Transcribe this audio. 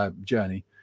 journey